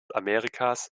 amerikas